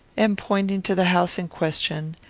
and, pointing to the house in question,